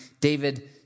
David